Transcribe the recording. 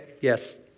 yes